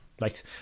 right